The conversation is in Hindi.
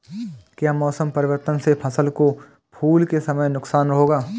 क्या मौसम परिवर्तन से फसल को फूल के समय नुकसान होगा?